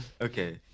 Okay